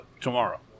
Tomorrow